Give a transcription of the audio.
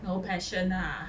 no passion ah